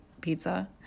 pizza